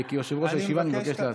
כיושב-ראש הישיבה אני מבקש להסיר.